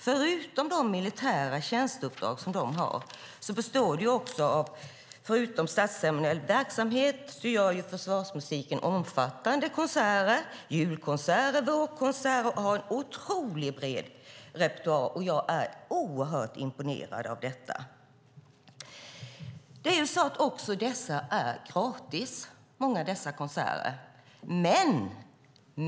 Förutom de militära tjänsteuppdragen och statsceremoniell verksamhet gör försvarsmusiken omfattande konserter, julkonserter, vårkonserter och har en otroligt bred repertoar, och jag är oerhört imponerad av detta. Många av dessa konserter är gratis.